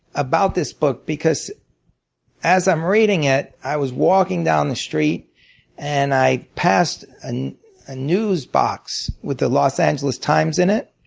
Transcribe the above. about this book because as i'm reading it, i was walking down the street and i passed and a news box with the los angeles times in it.